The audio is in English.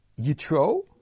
Yitro